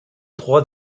droit